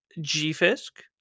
G-Fisk